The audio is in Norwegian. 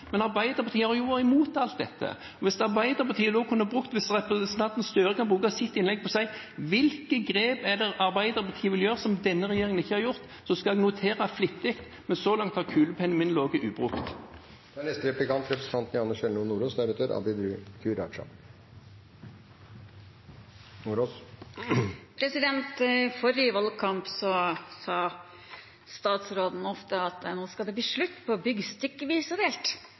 men Arbeiderpartiet har vært imot alt dette. Hvis representanten Støre kan bruke sitt innlegg på å si hvilke grep Arbeiderpartiet vil gjøre som denne regjeringen ikke har gjort, skal jeg notere flittig, men så langt har kulepennen min ligget ubrukt. I forrige valgkamp sa statsråden ofte at nå skal det bli slutt på å bygge stykkevis og delt,